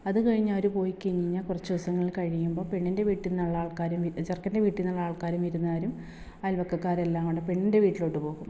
അത് കഴിഞ്ഞ് അവർ പോയി കഴിഞ്ഞ്ഞ്ഞാ കുറച്ച് ദിവസങ്ങൾ കഴിയുമ്പോൾ പെണ്ണിൻ്റെ വീട്ടിൽ നിന്നുള്ള ആൾക്കാർ ചെറുക്കൻ്റെ വീട്ടിൽ നിന്നുള്ള ആൾക്കാരും വിരുന്ന് കാരും അയൽപക്കക്കാരെല്ലാം കൂടെ പെണ്ണിൻ്റെ വീട്ടിലോട്ട് പോകും